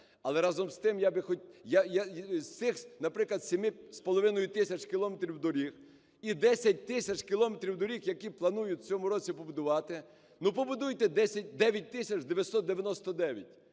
хотів... З цих, наприклад, 7,5 тисяч кілометрів доріг і 10 тисяч кілометрів доріг, які планують в цьому році побудувати, ну, побудуйте 9